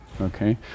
okay